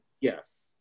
Yes